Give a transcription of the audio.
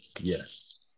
yes